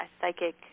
psychic